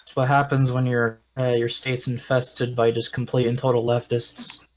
what happens when your your state's infested by just complete and total leftists?